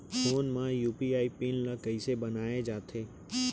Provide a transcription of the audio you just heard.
Phone म UPI PIN ल कइसे बनाये जाथे?